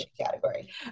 category